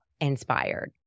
inspired